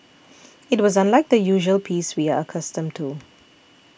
it was unlike the usual peace we are accustomed to